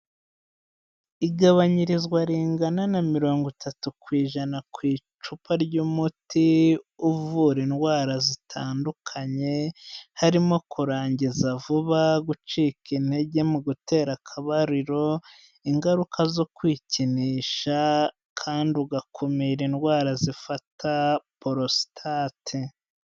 Igabanyirizwa ringana na mirongo itatu ku ijana ku icupa ry'umuti uvura indwara zitandukanye, harimo kurangiza vuba, gucika intege mu gutera akabariro, ingaruka zo kwikinisha kandi ugakumira indwara zifata porositate.